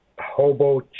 Hobo